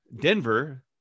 denver